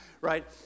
right